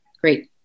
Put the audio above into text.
Great